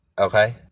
Okay